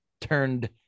turned